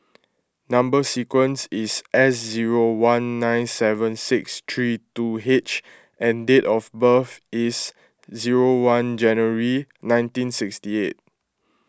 Number Sequence is S zero one nine seven six three two H and date of birth is zero one January nineteen sixty eight